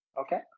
Okay